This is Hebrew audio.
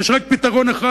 יש רק פתרון אחד.